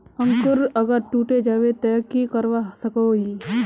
अंकूर अगर टूटे जाबे ते की करवा सकोहो ही?